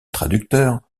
traducteur